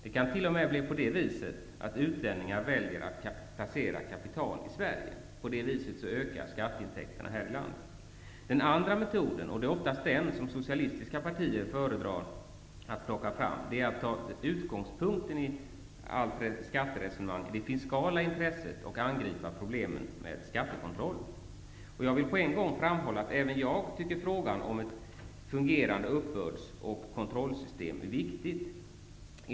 Det kan t.o.m. bli på det viset att utlänningar väljer att placera kapital i Sverige. På det sättet ökar skatteintäkterna här i landet. Den andra metoden, som socialistiska partier oftast föredrar, innebär att man som utgångspunkt i allt skatteresonemang skall ha det fiskala intresset och angripa problemen genom skattekontroll. På en gång vill jag framhålla att även jag tycker att frågan om ett fungerande uppbörds och kontrollsystem är viktig.